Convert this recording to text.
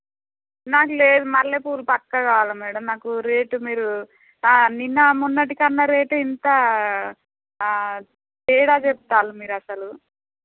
నాకు లేదు మల్లెపూలు పక్కా కావాల మేడమ్ నాకు రేటు మీరు నిన్నా మొన్నటి కన్నా రేటు ఇంతా తేడా చెప్తారు మీరు అసలు